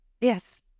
Yes